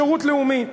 שירות לאומי.